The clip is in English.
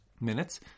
minutes